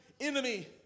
enemy